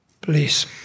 Please